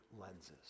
lenses